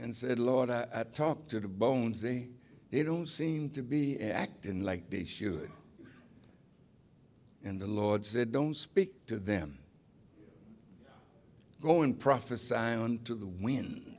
and said lord i talk to the bones say they don't seem to be acting like they should in the lord said don't speak to them go in prophesied unto the win